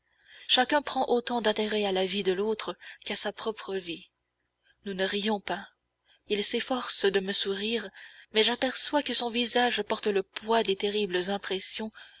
chacun prend autant d'intérêt à la vie de l'autre qu'à sa propre vie nous ne rions pas il s'efforce de me sourire mais j'aperçois que son visage porte le poids des terribles impressions